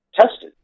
tested